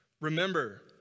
remember